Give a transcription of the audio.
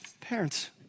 parents